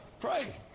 Pray